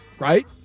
Right